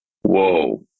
whoa